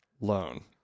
loan